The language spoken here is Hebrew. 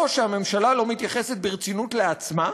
או שהממשלה לא מתייחסת ברצינות לעצמה,